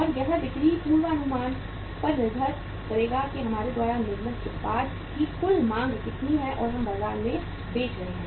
और यह बिक्री पूर्वानुमान पर निर्भर करेगा कि हमारे द्वारा निर्मित उत्पाद की कुल मांग कितनी है और हम बाजार में बेच रहे हैं